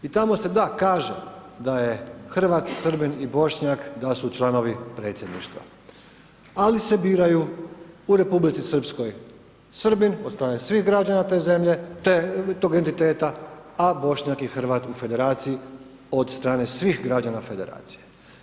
I tamo se kaže da je Hrvata, Srbin i Bošnjak, da su članovi predsjedništva, ali se biraju u Republici Srpskoj, Srbin od strane svih građana tog entiteta a Bošnjak i Hrvat u federaciji od strane svih građana federacije.